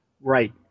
Right